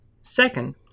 Second